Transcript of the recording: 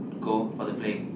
go for the break